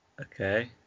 okay